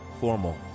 Formal